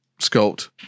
sculpt